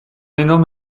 énorme